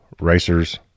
racers